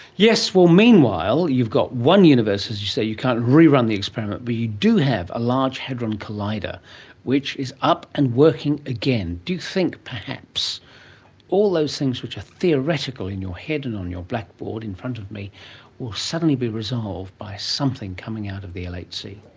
yes, well, meanwhile you've got one universe, as you say, you can't rerun the experiment, but you do have a large hadron collider which is up and working again. do you think perhaps all those things which are theoretical in your head and on your blackboard in front of me will suddenly be resolved by something coming out of the like lhc?